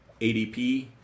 ADP